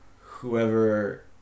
whoever